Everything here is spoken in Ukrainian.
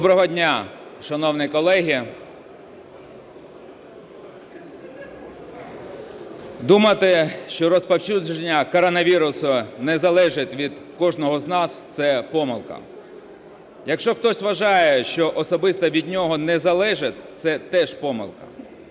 Доброго дня, шановні колеги. Думати, що розповсюдження коронавірусу не залежить від кожного з нас, це помилка. Якщо хтось вважає, що особисто від нього не залежить, це теж помилка.